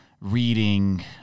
reading